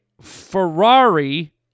Ferrari